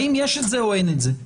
האם יש את זה או אין את זה?